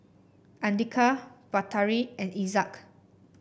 Andika Batari and Izzat